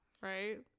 right